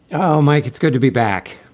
oh, mike, it's good to be back.